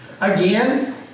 Again